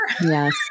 Yes